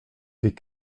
des